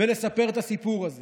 ולספר את הסיפור הזה